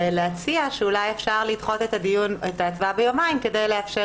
ולהציע שאולי אפשר לדחות את ההצבעה ביומיים כדי לאפשר